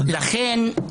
לכן,